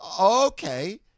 okay